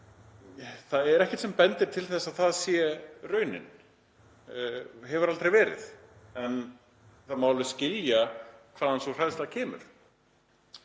Það er ekkert sem bendir til þess að það sé raunin og hefur aldrei verið. En það má alveg skilja hvaðan sú hræðsla kemur.